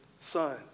son